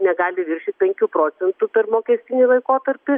negali viršyt penkių procentų per mokestinį laikotarpį